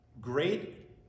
great